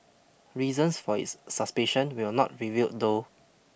reasons for its suspicion were not revealed though